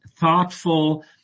thoughtful